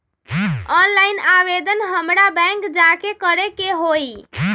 Online आवेदन हमरा bank जाके करे के होई?